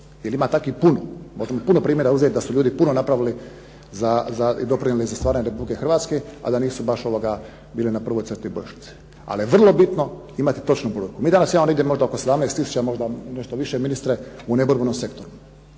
ima takvih puno. Možemo puno primjera uzeti da su ljudi puno napravili, doprinijeli za stvaranje Republike Hrvatske, a da nisu baš bili na prvoj crti bojišnice, ali je vrlo bitno imati točan broj. Mi danas imamo negdje možda oko 17 tisuća, možda nešto više, ministre, u neborbenom sektoru.